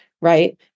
right